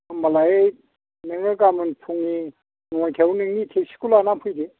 होनबालाय नोङो गाबोन फुंनि नयथायाव नोंनि टेक्सि खौ लानानै फैदो